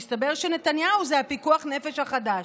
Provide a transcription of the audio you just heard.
מסתבר שנתניהו זה פיקוח הנפש החדש.